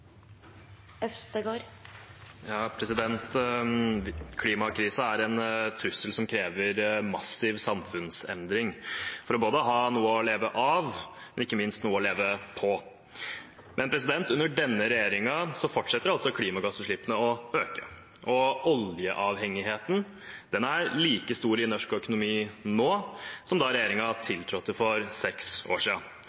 en trussel som krever en massiv samfunnsendring, både for å ha noe å leve av og ikke minst noe å leve på. Under denne regjeringen fortsetter altså klimagassutslippene å øke, og oljeavhengigheten er like stor i norsk økonomi nå som da